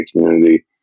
community